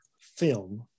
film